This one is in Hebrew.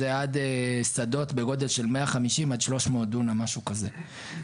זה עד שדות בגודל של 150 עד 300 דונם משהו כזה.